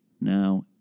now